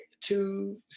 two